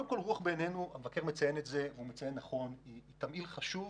המבקר מציין בצדק שרוח היא תמהיל חשוב.